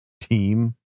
team